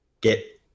Get